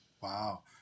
Wow